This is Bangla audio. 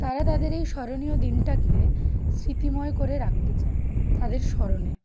তারা তাদের এই স্মরণীয় দিনটাকে স্মৃতিময় করে রাখতে চায় তাদের স্মরণে